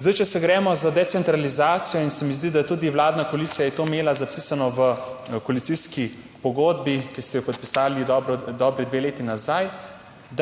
Zdaj, če se gremo za decentralizacijo in se mi zdi, da tudi vladna koalicija je to imela zapisano v koalicijski pogodbi, ki ste jo podpisali, dobro, dobri dve leti nazaj,